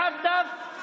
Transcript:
גמלת הבטחת הכנסה